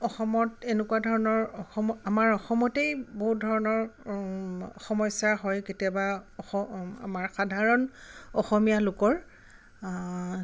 অসমত এনেকুৱা ধৰণৰ অসম আমাৰ অসমতেই বহুত ধৰণৰ সমস্যা হয় কেতিয়াবা অসম আমাৰ সাধাৰণ অসমীয়া লোকৰ